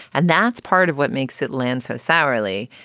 and that's part of what makes it land so sourly.